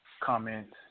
Comment